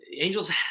angels